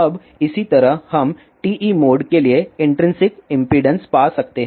अब इसी तरह हम TE मोड के लिए इन्ट्रिंसिक इम्पीडेन्स पा सकते हैं